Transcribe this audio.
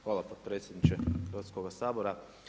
Hvala potpredsjedniče Hrvatskoga sabora.